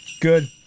Good